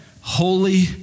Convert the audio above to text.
Holy